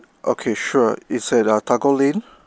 okay sure it's at ah tagore lane